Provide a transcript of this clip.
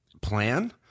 plan